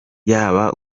yaba